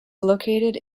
located